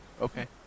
Okay